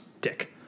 dick